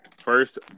First